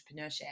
entrepreneurship